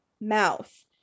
mouth